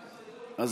היושב-ראש,